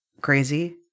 crazy